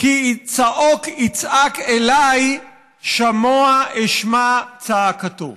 כי צעֹק יצעק אלי שמֹע אשמע צעקתו".